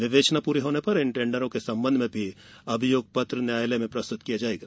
विवेचना पूरी होने पर इन टेन्डरो के संबंध में भी अभियोग पत्र न्यायालय में प्रस्तुत किया जायेगा